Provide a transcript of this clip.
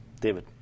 David